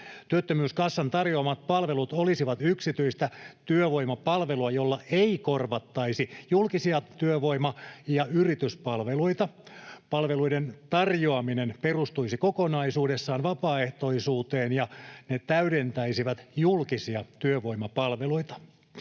Työttömyyskassan tarjoamat palvelut olisivat yksityistä työvoimapalvelua, jolla ei korvattaisi julkisia työvoima- ja yrityspalveluita. Palveluiden tarjoaminen perustuisi kokonaisuudessaan vapaaehtoisuuteen, ja ne täydentäisivät julkisia työvoimapalveluita.